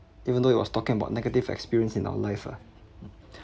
even though he was talking about negative experience in our life ah